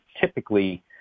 typically